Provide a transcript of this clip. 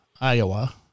Iowa